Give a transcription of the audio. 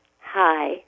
hi